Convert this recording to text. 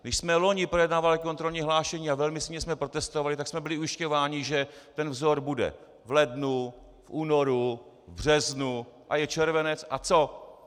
Když jsme loni projednávali kontrolní hlášení a velmi silně jsme protestovali, tak jsme byli ujišťováni, že ten vzor bude v lednu, v únoru, v březnu a je červenec a co?